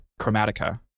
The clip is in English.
Chromatica